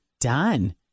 done